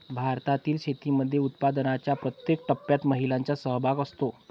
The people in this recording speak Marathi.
भारतातील शेतीमध्ये उत्पादनाच्या प्रत्येक टप्प्यात महिलांचा सहभाग असतो